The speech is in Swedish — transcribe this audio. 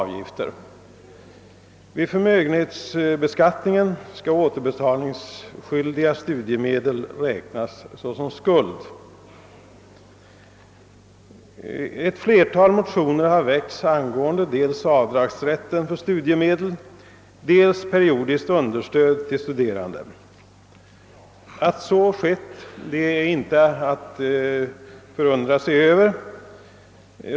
Vid förmögenhetsbeskattningen skall återbetalningspliktiga studiemedel räknas som skuld. Ett flertal motioner har väckts angående dels avdragsrätten för studiemedel, dels periodiskt understöd för studerande. Att så skett är inte att förundra sig över.